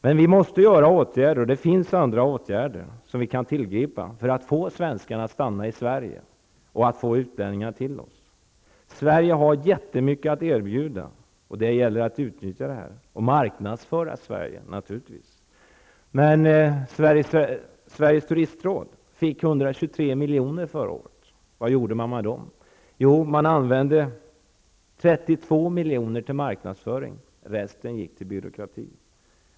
Men vi måste vidta åtgärder och det finns åtgärder som vi kan tillgripa för att få svenskarna att stanna i Sverige och för att få utlänningar att komma till oss. Sverige har ju jättemycket att erbjuda. Det gäller att utnyttja detta och att marknadsföra Sveriges turistråd fick förra året 123 milj.kr. Vad gjorde man med dessa pengar? Jo, man använde 32 milj.kr. till marknadsföring -- resten gick till byråkratin!